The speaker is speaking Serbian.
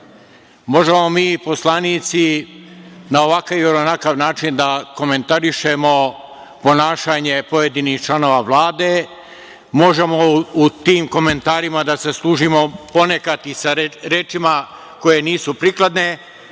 Možemo mi poslanici na ovakav ili onakav način da komentarišemo ponašanje pojedinih članova Vlade, možemo u tim komentarima da se služimo ponekad i sa rečima koje nisu prikladne,